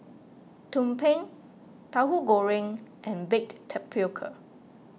Tumpeng Tahu Goreng and Baked Tapioca